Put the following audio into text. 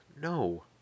no